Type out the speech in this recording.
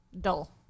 Dull